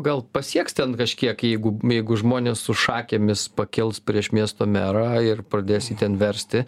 gal pasieks ten kažkiek jeigu jeigu žmonės su šakėmis pakils prieš miesto merą ir pradėsi ten versti